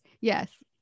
Yes